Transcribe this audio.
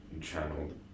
channeled